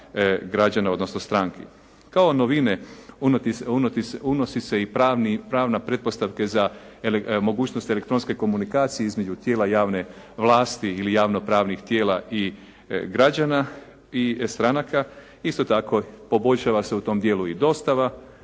građana, odnosno stranki. Kao novine unosi se i pravna pretpostavka za mogućnost elektronske komunikacije između tijela javne vlasti ili javno-pravnih tijela i građana, stranaka. Isto tako, poboljšava se u tom dijelu i dostava.